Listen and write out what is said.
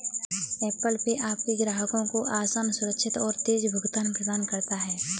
Apple Pay आपके ग्राहकों को आसान, सुरक्षित और तेज़ भुगतान प्रदान करता है